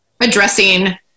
addressing